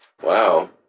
Wow